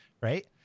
right